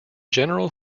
general